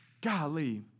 golly